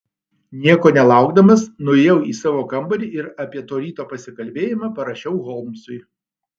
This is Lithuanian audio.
nieko nelaukdamas nuėjau į savo kambarį ir apie to ryto pasikalbėjimą parašiau holmsui